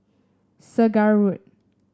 Segar Road